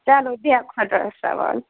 چلو بِہہ خۄدایَس حَوالہٕ